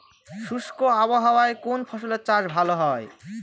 শুষ্ক আবহাওয়ায় কোন ফসলের চাষ ভালো হয়?